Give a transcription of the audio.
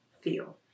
feel